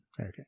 Okay